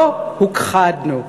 לא הוכחדנו,